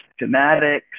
schematics